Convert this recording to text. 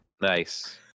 Nice